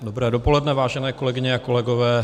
Dobré dopoledne, vážené kolegyně a kolegové.